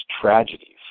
tragedies